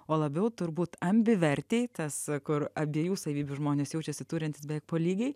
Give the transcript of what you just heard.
o labiau turbūt ambivertei tas kur abiejų savybių žmonės jaučiasi turintys beveik po lygiai